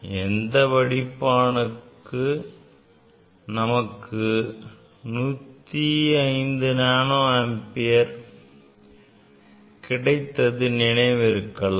அந்த வடிப்பானுக்கு நமக்கு 105 நானோ ஆம்பியர் கிடைத்தது நினைவிருக்கலாம்